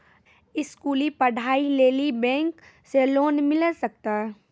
स्कूली पढ़ाई लेली बैंक से लोन मिले सकते?